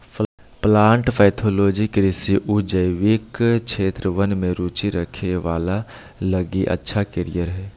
plant pathology कृषि आऊ जैविक क्षेत्र वन में रुचि रखे वाला लगी अच्छा कैरियर हइ